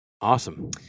Awesome